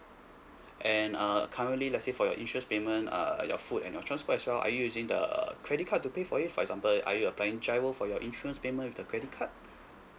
and uh currently let's say for your interest payment uh your food and your transport as well are you using the credit card to pay for it for example are you applying GIRO for your insurance payment with the credit card